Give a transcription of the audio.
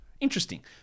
Interesting